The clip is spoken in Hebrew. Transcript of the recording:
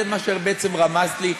זה מה שבעצם רמזת לי,